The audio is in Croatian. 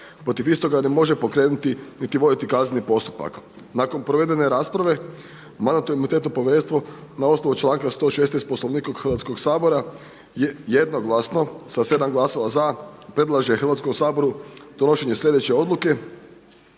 protiv istoga ne može pokrenuti niti voditi kazneni postupak. Nakon provedene rasprave Mandatno-imunitetno povjerenstvo na osnovu članka 116. Poslovnika Hrvatskog sabora je jednoglasno sa 7 glasova za predlaže Hrvatskom saboru donošenje slijedeće odluke: